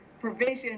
provision